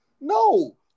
No